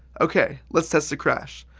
ok. let's test the crash.